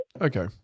okay